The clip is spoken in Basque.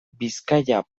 bizkaia